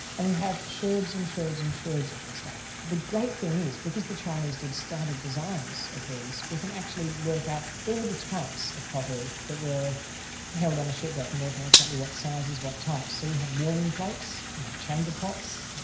and we have sherds and sherds and sherds of the stuff. the great thing is, because the chinese did standard designs of these, we can actually work out all the types of pottery that were held on the shipwreck and work out exactly what sizes, what types. so we had warming plates, we had chamber pots,